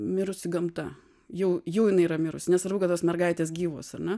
mirusi gamta jau jau jinai yra mirusi nesvarbu kad tos mergaitės gyvos ar ne